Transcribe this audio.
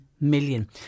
million